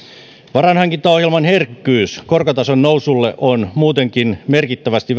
varainhankintaohjelman herkkyys korkotason nousulle on muutenkin merkittävästi